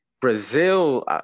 Brazil